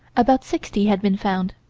about sixty had been found.